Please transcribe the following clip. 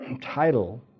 title